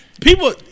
people